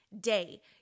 day